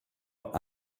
aus